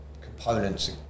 components